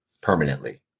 permanently